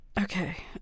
Okay